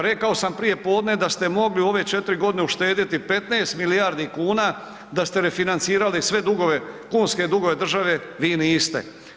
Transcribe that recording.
Rekao sam prijepodne da ste mogli u ove 4 g. uštedjeti 15 milijardi kuna da ste refinancirali sve dugove, kunske dugove države, vi niste.